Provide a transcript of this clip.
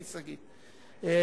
המכס והפטורים ומס קנייה על טובין (תיקון מס' 2) (תיקון),